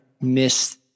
miss